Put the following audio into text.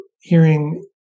hearing